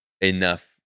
enough